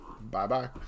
Bye-bye